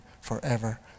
forever